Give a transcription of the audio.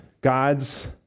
God's